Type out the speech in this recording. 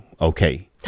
okay